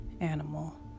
animal